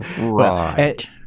Right